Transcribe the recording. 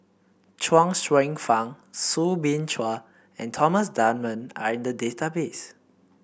Chuang Hsueh Fang Soo Bin Chua and Thomas Dunman are in the database